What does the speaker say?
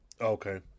Okay